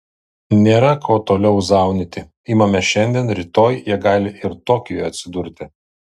nėra ko toliau zaunyti imame šiandien rytoj jie gali ir tokijuje atsidurti